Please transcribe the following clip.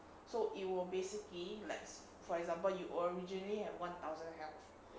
so it will basically like for example you originally at one thousand health